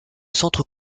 centres